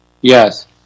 Yes